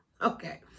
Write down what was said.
Okay